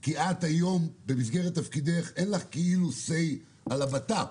כי את היום במסגרת תפקידך אין לך כאילו סיי על הבט"פ,